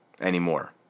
anymore